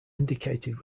indicated